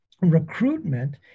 recruitment